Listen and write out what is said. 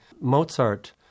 Mozart